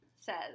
says